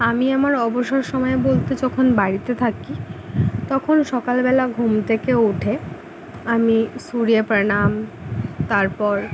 আমি আমার অবসর সময় বলতে যখন বাড়িতে থাকি তখন সকালবেলা ঘুম থেকে উঠে আমি সূর্য প্রণাম তারপর